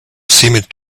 seemed